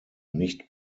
nicht